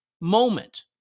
moment